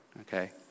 Okay